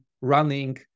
running